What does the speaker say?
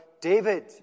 David